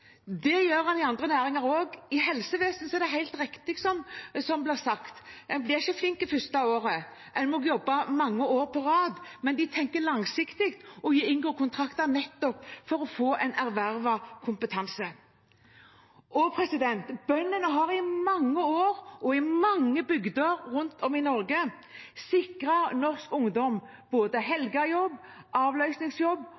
Det gjør man også i andre næringer. I helsevesenet er det helt riktig som det blir sagt: Man blir ikke flink det første året. Man må jobbe mange år på rad. Men de tenker langsiktig, og de inngår kontrakter nettopp for å få en ervervet kompetanse. Bøndene har i mange år og i mange bygder rundt om i Norge sikret norsk ungdom både